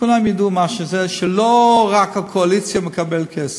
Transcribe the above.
שכולם ידעו מה שזה, שלא רק הקואליציה מקבלת כסף.